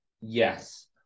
Yes